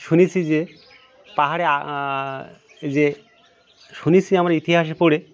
শুনেছি যে পাহাড়ে যে শুনেছি আমার ইতিহাস পড়ে